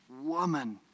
woman